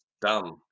dumb